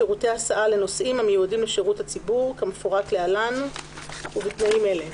שירותי הסעה לנוסעים המיועדים לשירות הציבור כמפורט להלן ובתנאים אלה: